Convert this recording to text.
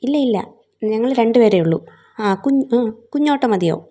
ഇല്ല ഇല്ല ഞങ്ങൾ രണ്ടുപേരെ ഉള്ളൂ ആ കുഞ്ഞ് ആ കുഞ്ഞ് ഓട്ടോ മതിയാവും